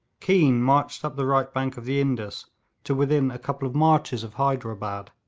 keane marched up the right bank of the indus to within a couple of marches of hyderabad,